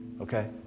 Okay